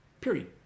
Period